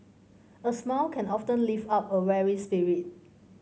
a smile can often lift up a weary spirit